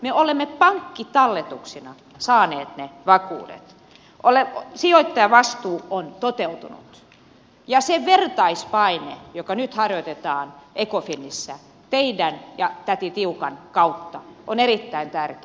me olemme pankkitalletuksina saaneet ne vakuudet sijoittajavastuu on toteutunut ja se vertaispaine jota nyt harjoitetaan ecofinissä teidän ja täti tiukan kautta on erittäin tärkeä